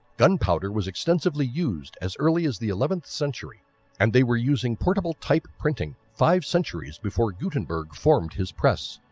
gunpowder was extensively used as early as the eleventh century and they were using portable type printing five centuries before gutenberg formed his press.